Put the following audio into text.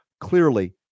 clearly